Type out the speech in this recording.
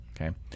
Okay